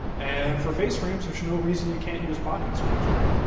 and for face frames there's no reason you can't use pocket screws, right?